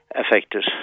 affected